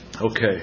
Okay